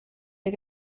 del